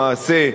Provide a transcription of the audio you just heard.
למעשה,